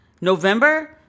november